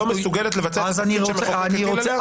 מסוגלת לבצע את התפקיד שהמחוקק הטיל עליה?